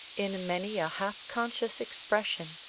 in many a half-conscious expression,